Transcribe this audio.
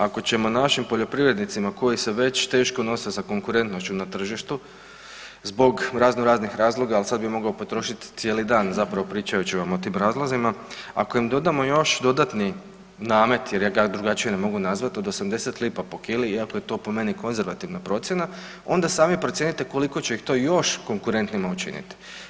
Ako ćemo našim poljoprivrednicima koji se već teško nose sa konkurentnošću na tržištu zbog razno raznih razloga, al sad bi mogao potrošit cijeli dan zapravo pričajući vam o tim razlozima, ako im dodamo još dodatni namet jer ja ga drugačije ne mogu nazvati od 80 lipa po kili, iako je po meni konzervativna procjena, onda sami procijenite koliko će ih to još konkurentnima učiniti.